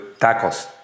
tacos